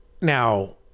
now